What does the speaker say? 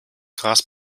gras